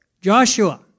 Joshua